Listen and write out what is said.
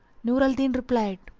nur al-din replied,